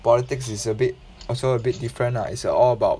politics it's a bit also a bit different lah it's all about